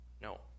No